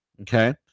okay